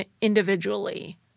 individually